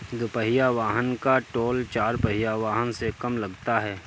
दुपहिया वाहन का टोल चार पहिया वाहन से कम लगता है